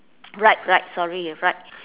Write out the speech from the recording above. right right sorry right